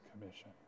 commission